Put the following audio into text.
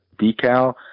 decal